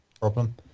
Problem